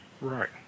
Right